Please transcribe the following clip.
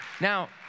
Now